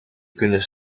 kunnen